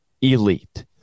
elite